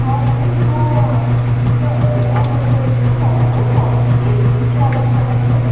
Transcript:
हजुर म त्यो होटलको ओनर बाल्दैछु भन्नुहोस् हजुर के सेवा गर्नुसक्छु